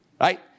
right